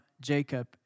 Jacob